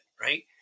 right